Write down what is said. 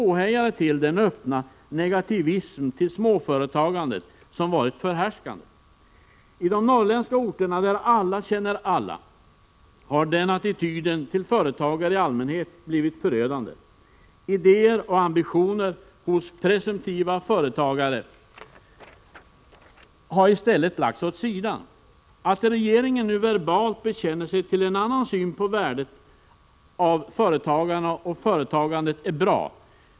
1986/87:128 påhejare till den öppna negativism i förhållande till småföretagandet som varit förhärskande? I de norrländska orterna, där alla känner alla, har den attityden till företagare i allmänhet blivit förödande. Idéer och ambitioner hos presumtiva företagare har lagts åt sidan. Att regeringen nu verbalt bekänner sig till en annan syn på värdet av företagarna och företagandet är bra.